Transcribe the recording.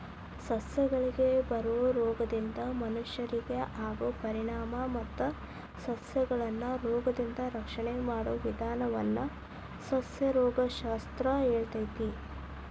ಸಸಿಗಳಿಗೆ ಬರೋ ರೋಗದಿಂದ ಮನಷ್ಯರಿಗೆ ಆಗೋ ಪರಿಣಾಮ ಮತ್ತ ಸಸಿಗಳನ್ನರೋಗದಿಂದ ರಕ್ಷಣೆ ಮಾಡೋ ವಿದಾನವನ್ನ ಸಸ್ಯರೋಗ ಶಾಸ್ತ್ರ ಹೇಳ್ತೇತಿ